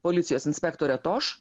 policijos inspektore toš